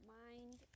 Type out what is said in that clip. mind